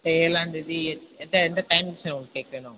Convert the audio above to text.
ஏழாம் தேதி எந் எந்த எந்த டைமுக்கு சார் உங்களுக்கு கேக் வேணும்